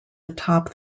atop